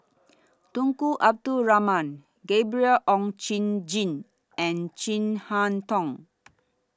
Tunku Abdul Rahman Gabriel Oon Chong Jin and Chin Harn Tong